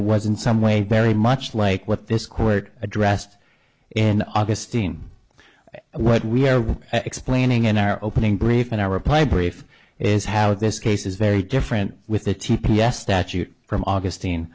was in some way barry much like what this court addressed in augustine what we're explaining in our opening brief in our reply brief is how this case is very different with the t p s statute from augustine